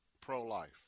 pro-life